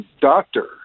doctor